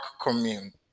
commune